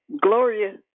Gloria